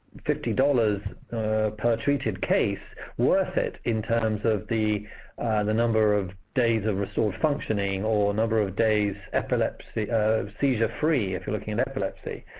fifty dollars per treated case worth it in terms of the the number of days of resource functioning, or number of days ah seizure-free, if you're looking at epilepsy?